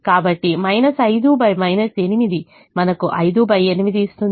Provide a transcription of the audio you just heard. కాబట్టి 5 8 మనకు 58 ఇస్తుంది